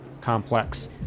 complex